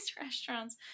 restaurants